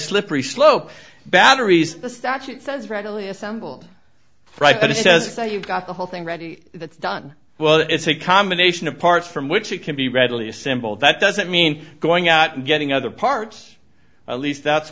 slippery slope no batteries the statute says prettily assembled right but it says that you've got the whole thing ready that's done well it's a combination of parts from which it can be readily assembled that doesn't mean going out and getting other parts at least that's